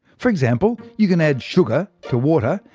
for example, you can add sugar to water,